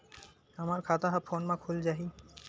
हमर खाता ह फोन मा खुल जाही?